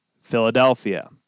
Philadelphia